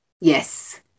yes